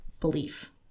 belief